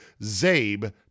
ZABE